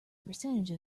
percentage